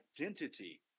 identity